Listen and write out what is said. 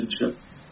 relationship